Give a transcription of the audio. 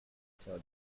saw